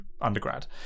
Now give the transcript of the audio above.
undergrad